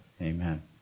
Amen